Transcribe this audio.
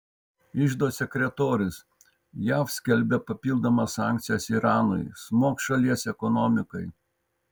iždo sekretorius jav skelbia papildomas sankcijas iranui smogs šalies ekonomikai